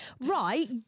Right